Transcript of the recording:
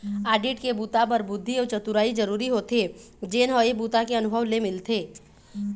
audit के बूता बर बुद्धि अउ चतुरई जरूरी होथे जेन ह ए बूता के अनुभव ले मिलथे